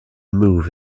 move